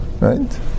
right